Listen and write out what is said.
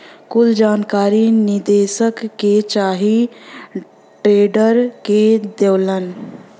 कुल जानकारी निदेशक के चाहे ट्रेडर के देवलन